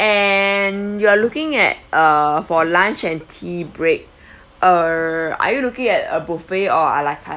and you are looking at uh for lunch and tea break err are you looking at a buffet or a a la carte